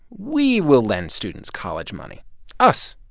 we will lend students college money us,